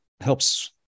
helps